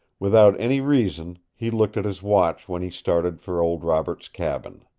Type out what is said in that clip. without any reason he looked at his watch when he started for old robert's cabin.